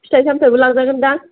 फिथाइ सामथायबो लाजागोन दां